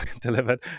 delivered